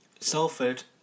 Salford